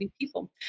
people